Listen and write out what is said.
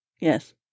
Yes